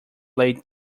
late